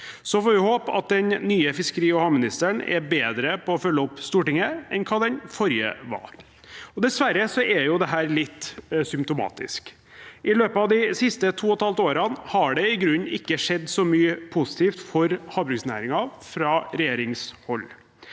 Vi får håpe at den nye fiskeri- og havministeren er bedre til å følge opp Stortinget enn hva den forrige var. Dessverre er dette litt symptomatisk. I løpet av de siste to og et halvt årene har det i grunnen ikke skjedd så mye positivt for havbruksnæringen fra regjeringshold.